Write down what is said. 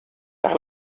par